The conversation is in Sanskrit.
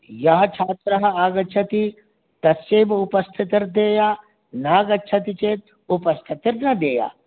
यः छात्रः आगच्छति तस्य एव उपस्थितिर्देया नागच्छति चेत् उपस्थितिर्न देया